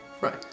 Right